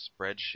spreadsheet